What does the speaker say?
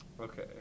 Okay